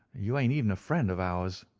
you ain't even a friend of ours.